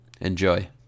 Enjoy